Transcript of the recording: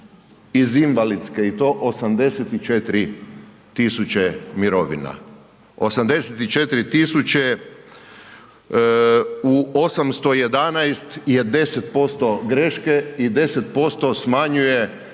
iz invalidske i to 84 000 mirovina, 84 000 u 811 je 10% greške i 10% smanjuje